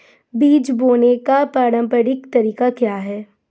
बीज बोने का पारंपरिक तरीका क्या है?